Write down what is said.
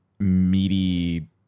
meaty